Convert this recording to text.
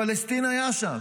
פלסטין היה שם,